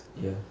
ya